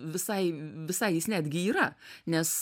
visai visai jis netgi yra nes